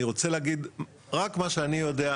אני אגיד רק מה שאני יודע,